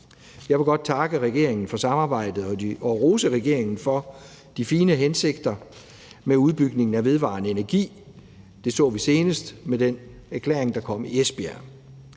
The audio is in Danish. Jeg vil godt takke regeringen for samarbejdet og rose regeringen for de fine hensigter med udbygningen af vedvarende energi. Det så vi senest med den erklæring, der kom i forhold